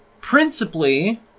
principally